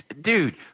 Dude